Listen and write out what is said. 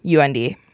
UND